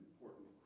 important